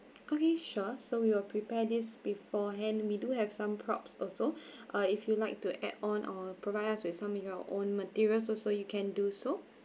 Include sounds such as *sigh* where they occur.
okay sure so we will prepare this beforehand we do have some props also *breath* uh if you'd like to add on or provide us with some of your own materials also you can do so